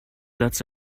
lots